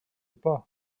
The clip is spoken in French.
pas